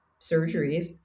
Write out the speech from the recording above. surgeries